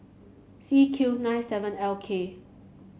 C Q nine seven L K